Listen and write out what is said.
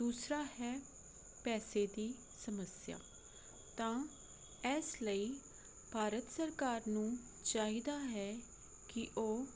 ਦੂਸਰਾ ਹੈ ਪੈਸੇ ਦੀ ਸਮੱਸਿਆ ਤਾਂ ਇਸ ਲਈ ਭਾਰਤ ਸਰਕਾਰ ਨੂੰ ਚਾਹੀਦਾ ਹੈ ਕਿ ਉਹ